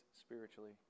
spiritually